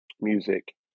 music